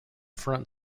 front